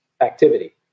activity